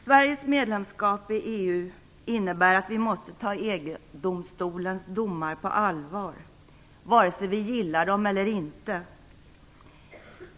Sverige medlemskap i EU innebär att vi måste ta EG-domstolens domar på allvar vare sig vi gillar dem eller inte.